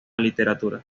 literatura